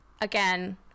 again